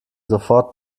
sofort